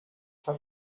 her